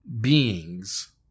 beings